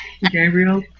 Gabriel